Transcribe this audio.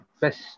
best